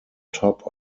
top